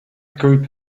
group